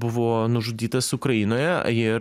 buvo nužudytas ukrainoje ir